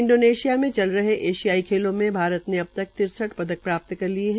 Indonesia में चल रहे एशियाई खेलों में भारत ने अबतक तिरसठ पदक प्राप्त कर लिये है